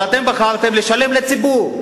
אבל אתם בחרתם לשלם לציבור.